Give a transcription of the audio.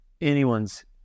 anyone's